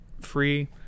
free